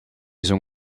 zong